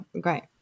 great